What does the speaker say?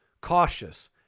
Cautious